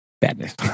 Badness